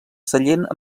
sallent